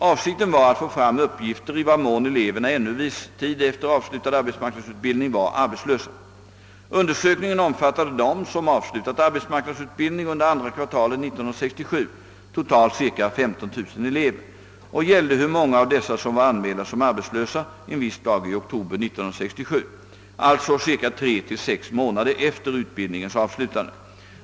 Avsikten var att få fram uppgifter i vad mån eleverna ännu viss tid efter avslutad arbetsmarknadsutbildning var arbetslösa. Undersökningen omfattade dem som avslutat arbetsmarknadsutbildning under andra kvartalet 1967, totalt cirka 15 009 elever, och gällde hur många av dessa som var anmälda som arbetslösa en viss dag i oktober 1967, alltså cirka 3—6 månader efter utbildningens avslutande.